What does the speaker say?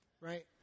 right